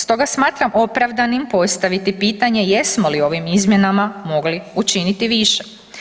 Stoga smatram opravdanim postaviti pitanje, jesmo li ovim izmjenama mogli učiniti više?